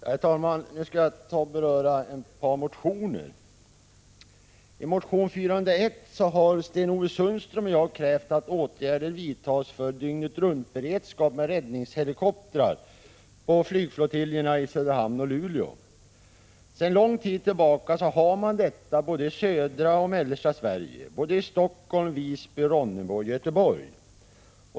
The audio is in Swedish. Herr talman! Nu skall jag beröra ett par motioner. I motion 401 har Sten-Ove Sundström och jag krävt att åtgärder vidtas för en dygnet-runt-beredskap med räddningshelikoptrar på flygflottiljerna i Söderhamn och Luleå. Sedan lång tid tillbaka har man sådan beredskap både i södra och i mellersta Sverige —i Helsingfors, Visby, Ronneby och Göteborg.